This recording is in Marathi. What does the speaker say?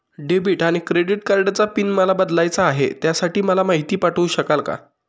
डेबिट आणि क्रेडिट कार्डचा पिन मला बदलायचा आहे, त्यासाठी मला माहिती पाठवू शकाल का?